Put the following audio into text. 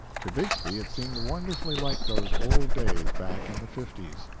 to bixby it seemed wonderfully like those old days back in the fifties.